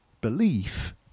belief